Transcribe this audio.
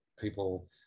people